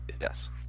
Yes